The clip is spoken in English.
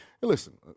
listen